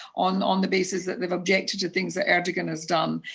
on on the basis that they have objected to things that erdogan has done,